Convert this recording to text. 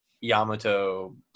Yamato